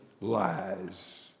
lies